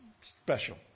special